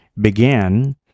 began